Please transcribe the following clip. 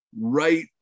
right